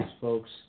folks